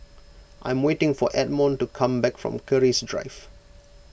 I am waiting for Edmon to come back from Keris Drive